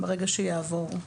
ברגע שיעבור.